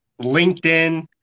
LinkedIn